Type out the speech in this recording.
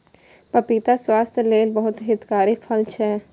पपीता स्वास्थ्यक लेल बहुत हितकारी फल छै